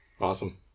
Awesome